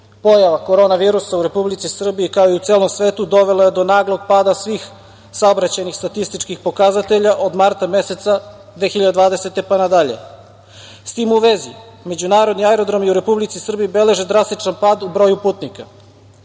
pojava korona virusa u Republici Srbiji, kao i u celom svetu dovela je do naglog pada svih saobraćajnih statističkih pokazatelja od marta meseca 2020. godine pa na dalje.S tim u vezi Međunarodni aerodrom i u Republici Srbiji beleži drastičan pad u broju putnika.